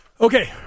Okay